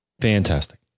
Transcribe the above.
Fantastic